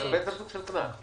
זה בעצם סוג של קנס.